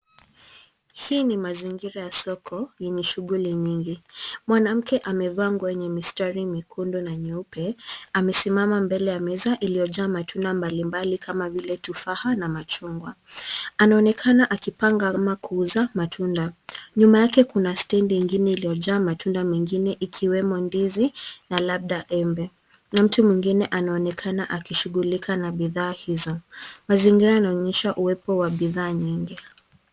Hii ni mazingira ya soko yenye shughuli nyingi. Mwanamke amevaa nguo yenye mistari myekundu na nyeupe, amesimama mbele ya meza iliyojaa matunda mbali mbali, kama vile, tufaa na machungwa. Anaonekana akipanga ama kuuza matunda. Nyuma yake kuna stendi ingine iliyojaa matunda mengine, ikiwemo ndizi na labda embe, na mtu mwingine anaonekana akishughulika na bidhaa hizo. Mazingira inaonyesha uwepo wa bidhaa nyingi.